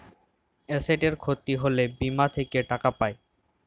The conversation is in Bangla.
এসেটের খ্যতি হ্যলে বীমা থ্যাকে টাকা পাই